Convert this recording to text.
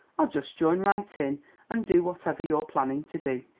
i'll just join right in and do whatever you're planning to do.